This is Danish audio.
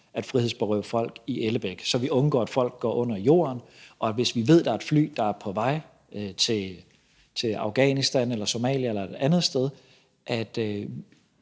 at frihedsberøve folk i Ellebæk, så vi undgår, at folk går under jorden, og for, at vi, hvis vi ved, at der er et fly på vej til Afghanistan, Somalia eller et andet sted,